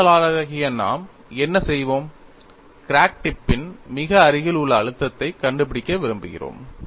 பொறியியலாளர்களாகிய நாம் என்ன செய்வோம் கிராக் டிப் பின் மிக அருகில் உள்ள அழுத்தத்தை கண்டுபிடிக்க விரும்புகிறோம்